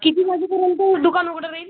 किती वाजेपर्यंत दुकान उघडं राहील